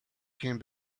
came